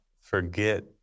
forget